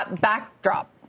backdrop